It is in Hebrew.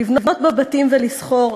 לבנות בה בתים ולסחור,